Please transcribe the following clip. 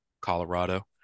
Colorado